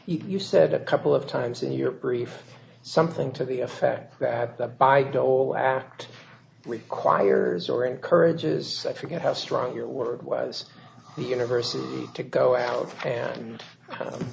you said a couple of times in your brief something to the effect that the by goal act requires or encourages i forget how strong your word was the university to go out and